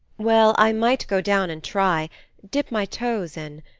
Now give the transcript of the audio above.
well, i might go down and try dip my toes in.